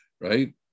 right